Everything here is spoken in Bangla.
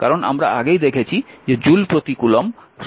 কারণ আমরা আগেই দেখেছি যে জুল প্রতি কুলম্ব ভোল্টেজ